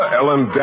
Ellen